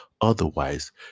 otherwise